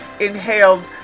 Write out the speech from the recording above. inhaled